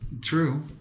True